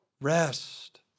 rest